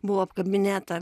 buvau apkabinėta